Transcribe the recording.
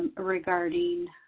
regarding